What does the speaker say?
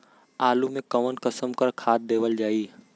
आलू मे कऊन कसमक खाद देवल जाई?